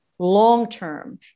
long-term